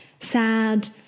sad